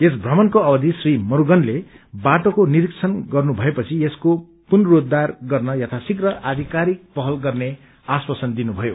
यस भ्रमणको अववि श्री मुस्गनले बाटोको निरीक्षण गर्नुभएपछि यसको पुनसूद्धार गर्न यथा शीप्र आधिकारिक पहल गर्ने आश्वासन दिनुभयो